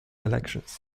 elections